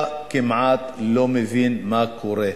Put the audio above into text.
אתה כמעט לא מבין מה קורה.